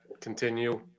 continue